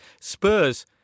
Spurs